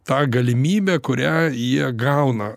tą galimybę kurią jie gauna